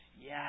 yes